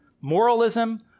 moralism